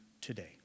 today